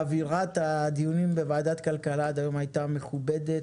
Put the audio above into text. אווירת הדיונים בוועדת הכלכלה עד היום הייתה מכובדת